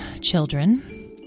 children